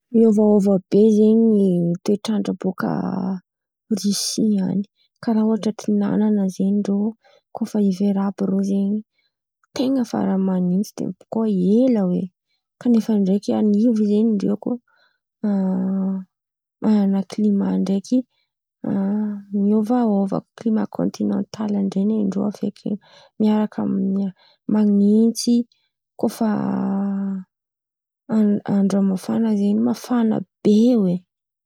Miôvaôva be zen̈y toetrandra bôka Rosia an̈y. Karà ohatra tin̈anana zen̈y rô koa fa hivera àby reo zen̈y ten̈a faran’ny man̈intsy de avô koa ela hoe. Kanefany ndraiky anivo zen̈y ndreko manana klimà ndraiky miôvaôva klimà kôntinantala ndray nen-drô feky miaraka amin’ny man̈intsy. Koa fa a andra mafana zen̈y mafana be hoe.